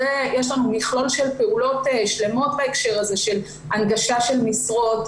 זה יש לנו מכלול של פעולות שלמות בהקשר הזה של הנגשת משרות,